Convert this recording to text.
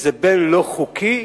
איזה בן לא חוקי,